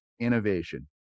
Innovation